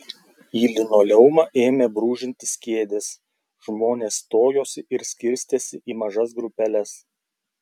į linoleumą ėmė brūžintis kėdės žmonės stojosi ir skirstėsi į mažas grupeles